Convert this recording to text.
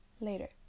later